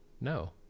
No